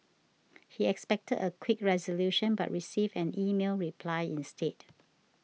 he expected a quick resolution but received an email reply instead